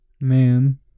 man